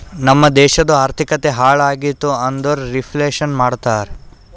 ನಮ್ ದೇಶದು ಆರ್ಥಿಕತೆ ಹಾಳ್ ಆಗಿತು ಅಂದುರ್ ರಿಫ್ಲೇಷನ್ ಮಾಡ್ತಾರ